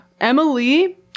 Emily